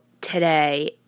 today